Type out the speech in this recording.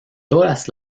todas